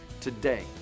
Today